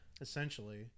essentially